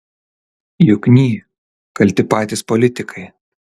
jukny kalti patys politikai